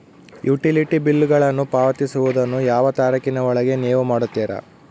Utility ಬಿಲ್ಲುಗಳನ್ನು ಪಾವತಿಸುವದನ್ನು ಯಾವ ತಾರೇಖಿನ ಒಳಗೆ ನೇವು ಮಾಡುತ್ತೇರಾ?